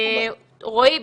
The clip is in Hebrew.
רועי,